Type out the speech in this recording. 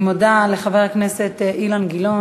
אני מודה לחבר הכנסת אילן גילאון.